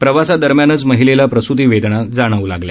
प्रवासादरम्यानच महिलेला प्रसुती वेदना जाणव् लागल्या